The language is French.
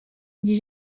dit